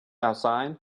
outside